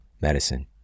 Medicine